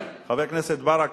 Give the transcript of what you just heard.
חבר הכנסת ברכה,